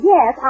Yes